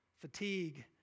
fatigue